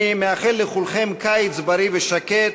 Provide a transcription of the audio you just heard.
אני מאחל לכולכם קיץ בריא ושקט.